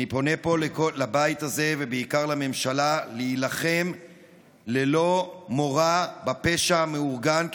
אני פונה פה לבית הזה ובעיקר לממשלה להילחם ללא מורא בפשע המאורגן,